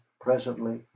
presently